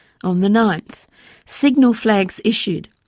on the ninth signal flags issued.